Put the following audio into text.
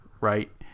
right